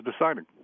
deciding